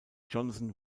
johnson